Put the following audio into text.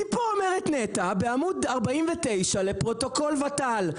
כי פה אומרת נת"ע בעמ' 49 לפרוטוקול ות"ל,